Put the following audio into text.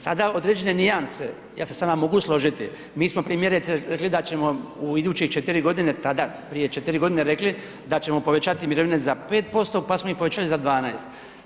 Sada određene nijanse, ja se s vama mogu složiti, mi smo primjerice rekli da ćemo u idućih 4.g. tada, prije 4.g. rekli da ćemo povećati mirovine za 5%, pa smo ih povećali za 12.